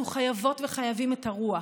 אנחנו חייבות וחייבים את הרוח,